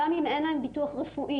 גם אם אין להם ביטוח רפואי.